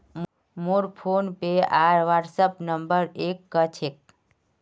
मोर फोनपे आर WhatsApp number एक क छेक